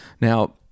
Now